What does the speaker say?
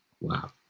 Wow